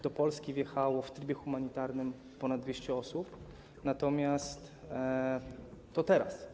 Do Polski wjechało w trybie humanitarnym ponad 200 osób, natomiast to jest teraz.